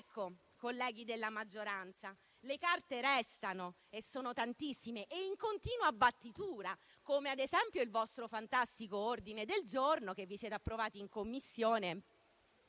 Ecco, colleghi della maggioranza, le carte restano e sono tantissime e in continua battitura, come ad esempio il vostro fantastico ordine del giorno che avete approvato in Commissione